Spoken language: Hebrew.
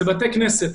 זה בתי כנסת.